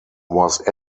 was